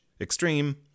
extreme